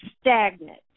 stagnant